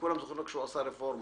כולם זוכרים רק שהוא עשה רפורמה.